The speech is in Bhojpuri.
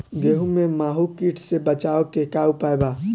गेहूँ में माहुं किट से बचाव के का उपाय बा?